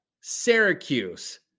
Syracuse